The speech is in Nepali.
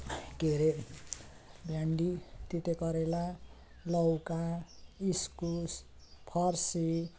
के अरे भिन्डी तिते करेला लौका इस्कुस फर्सी